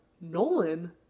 Nolan